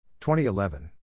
2011